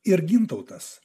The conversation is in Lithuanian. ir gintautas